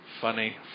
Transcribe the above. Funny